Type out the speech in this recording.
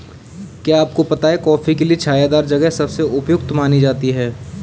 क्या आपको पता है कॉफ़ी के लिए छायादार जगह सबसे उपयुक्त मानी जाती है?